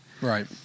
Right